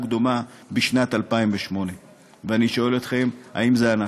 דומה בשנת 2008. ואני שואל אתכם: האם זה אנחנו?